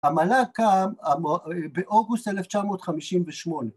‫המלג קם באוגוסט 1958.